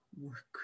work